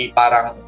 parang